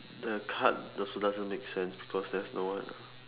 the card so doesn't make sense because there's no one